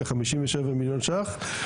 כ-57 מיליון שקלים.